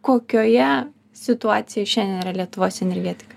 kokioje situacijoj šiandien yra lietuvos energetika